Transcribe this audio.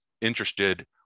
interested